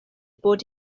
bod